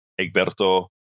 Egberto